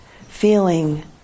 feeling